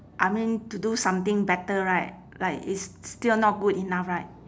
I mean to do something better right like it's still not good enough right